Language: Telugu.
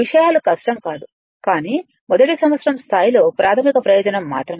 విషయాలు కష్టం కాదు కానీ మొదటి సంవత్సరం స్థాయిలో ప్రాథమిక ప్రయోజనం మాత్రమే